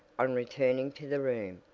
on returning to the room,